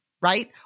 right